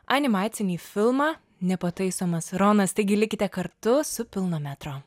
animacinį filmą nepataisomas ronas taigi likite kartu su pilno metro